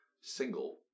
single